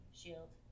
shield